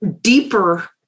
deeper